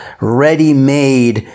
ready-made